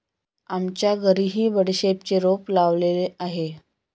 आमच्या घरीही बडीशेपचे रोप लावलेले आहे